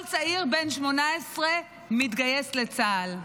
כל צעיר בן 18 מתגייס לצה"ל.